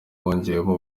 bongererwa